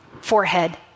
forehead